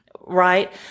right